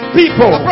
people